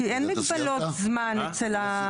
כי אין מגבלות זמן --- אתה סיימת, אתה?